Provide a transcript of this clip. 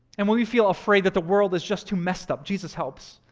and when we feel afraid that the world is just too messed up, jesus helps.